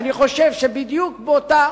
אני חושב שבדיוק באותן